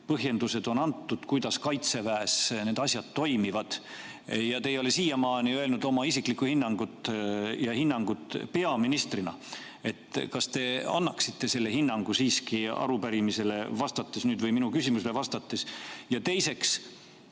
põhjendused on antud, kuidas Kaitseväes need asjad toimuvad, ja te ei ole siiamaani öelnud oma isiklikku hinnangut ja hinnangut peaministrina. Kas te annaksite selle hinnangu siiski arupärimisele vastates ja minu küsimusele vastates? Ja teiseks,